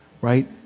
right